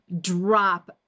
drop